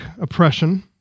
oppression